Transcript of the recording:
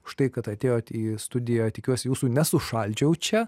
štai kad atėjot į studiją tikiuosi jūsų nesušaldžiau čia